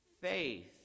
faith